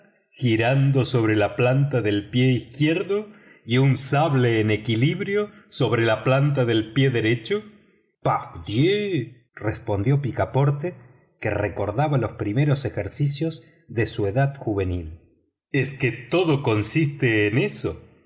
girando sobre la planta del pie izquierdo y un sable en equilibrio sobre la planta del pie derecho pardiez respondió picaporte que recordaba los primeros ejercicios de su edad juvenil es que todo consiste en eso